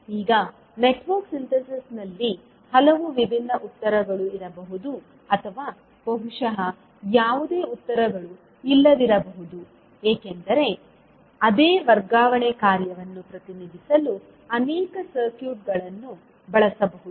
ಈಗ ನೆಟ್ವರ್ಕ್ ಸಿಂಥೆಸಿಸ್ನಲ್ಲಿ ಹಲವು ವಿಭಿನ್ನ ಉತ್ತರಗಳು ಇರಬಹುದು ಅಥವಾ ಬಹುಶಃ ಯಾವುದೇ ಉತ್ತರಗಳು ಇಲ್ಲದಿರಬಹುದು ಏಕೆಂದರೆ ಅದೇ ವರ್ಗಾವಣೆ ಕಾರ್ಯವನ್ನು ಪ್ರತಿನಿಧಿಸಲು ಅನೇಕ ಸರ್ಕ್ಯೂಟ್ಗಳನ್ನು ಬಳಸಬಹುದು